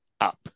up